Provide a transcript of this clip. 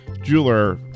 jeweler